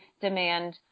demand